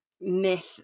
myth